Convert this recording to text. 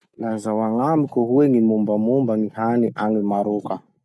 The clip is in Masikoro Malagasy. Lazao agnamiko hoe gny mombamomba gny hany agny Maroka?